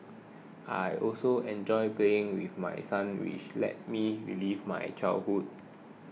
I also enjoy playing with my sons which lets me relive my childhood